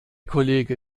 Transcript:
kollege